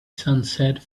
sunset